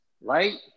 right